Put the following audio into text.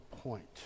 point